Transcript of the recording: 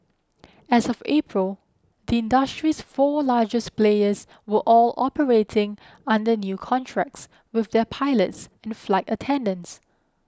as of April the industry's four largest players were all operating under new contracts with their pilots and flight attendants